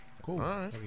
cool